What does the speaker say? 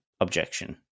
objection